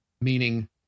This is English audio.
meaning-